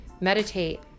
meditate